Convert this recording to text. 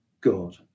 God